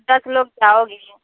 दस लोग जाओगे ही